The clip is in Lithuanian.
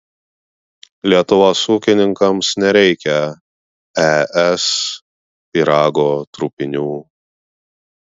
lietuvos ūkininkams nereikia es pyrago trupinių